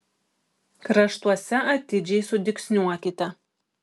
kraštuose atidžiai sudygsniuokite